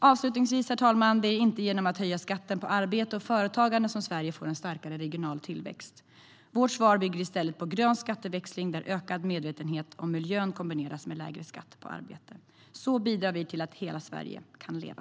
Avslutningsvis, herr talman, är det inte genom att höja skatten på arbete och företagande som Sverige får en starkare regional tillväxt. Vårt svar bygger i stället på grön skatteväxling där ökad medvetenhet om miljön kombineras med lägre skatt på arbete. Så bidrar vi till att hela Sverige kan leva.